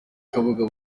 ikibuga